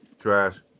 Trash